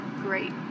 great